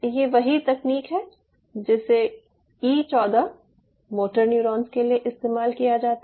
ये वही तकनीक है जिसे ई 14 मोटर न्यूरॉन्स के लिए इस्तेमाल किया जाता है